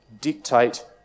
dictate